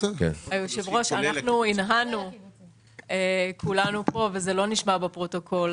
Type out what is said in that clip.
היושב ראש, אנחנו הנהנו וזה לא נשמע בפרוטוקול.